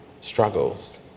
struggles